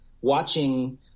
watching